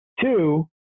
Two